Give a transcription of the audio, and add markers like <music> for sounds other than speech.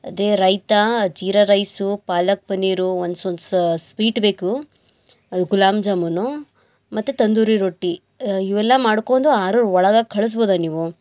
ಅದೆ ರೈತಾ ಜೀರ ರೈಸು ಪಾಲಕ್ ಪನ್ನೀರು ಒಂದು <unintelligible> ಸ್ವೀಟ್ ಬೇಕು ಅದು ಗುಲಾಮ್ ಜಾಮುನು ಮತ್ತು ತಂದೂರಿ ರೊಟ್ಟಿ ಇವೆಲ್ಲ ಮಾಡ್ಕೊಂಡು ಆರರ ಒಳಗೆ ಕಳಿಸ್ಬೋದ ನೀವು